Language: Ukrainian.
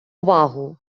увагу